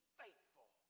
faithful